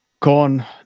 Corn